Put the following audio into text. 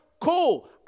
Cool